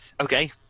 okay